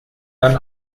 dann